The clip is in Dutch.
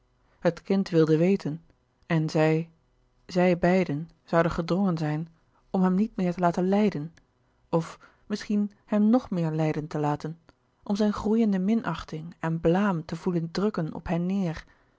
het kind wilde weten en zij zij beiden zouden gedrongen zijn om hem niet meer te laten lijden of misschien hem nog meer lijden te laten om zijn groeiende minachting en blaam te voelen drukken op hen neêr